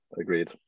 Agreed